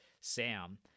sam